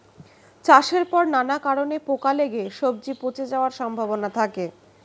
চাষের পর নানা কারণে পোকা লেগে সবজি পচে যাওয়ার সম্ভাবনা থাকে